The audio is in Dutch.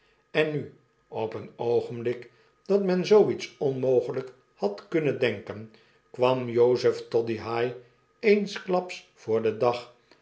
en nu op een oogenblik dat men zoo iets onmogelijk had kunnen denken kwam jozef toddyhigh eensklaps voor den dag